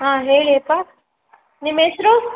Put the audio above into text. ಹಾಂ ಹೇಳಿಯಪ್ಪ ನಿಮ್ಮ ಹೆಸ್ರು